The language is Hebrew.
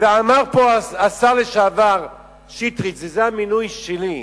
ואמר פה השר לשעבר שטרית: זה המינוי שלי.